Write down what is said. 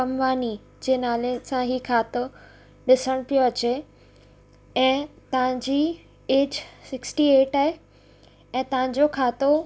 अंबानी जे नाले सां हीउ खातो ॾिसणु पियो अचे ऐं तव्हांजी एज सिक्सटी एट आहे ऐं तव्हांजो खातो